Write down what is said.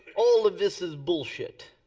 all of this is bullshit.